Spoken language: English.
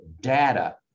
data